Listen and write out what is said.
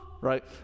right